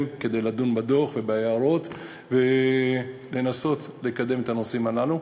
כדי לדון בדוח ובהערות ולנסות לקדם את הנושאים הללו.